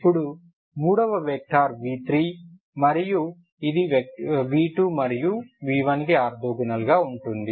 ఇప్పుడు మూడవ vector v3 ఇది v2 మరియు v1 కి ఆర్తోగోనల్ గా ఉంటుంది